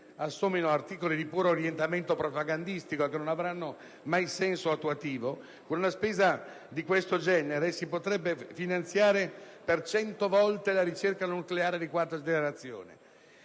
questi articoli siano di puro orientamento propagandistico, che non avranno mai alcun senso attuativo. Con una spesa di questo genere si potrebbe finanziare per 100 volte la ricerca nucleare di quarta generazione.